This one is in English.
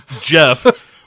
Jeff